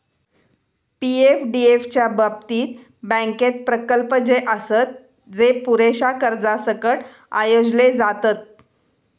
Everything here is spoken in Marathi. पी.एफडीएफ च्या बाबतीत, बँकेत प्रकल्प जे आसत, जे पुरेशा कर्जासकट आयोजले जातत